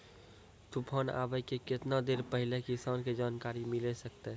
तूफान आबय के केतना देर पहिले किसान के जानकारी मिले सकते?